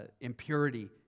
impurity